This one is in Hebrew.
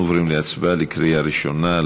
אנחנו עוברים להצבעה בקריאה ראשונה.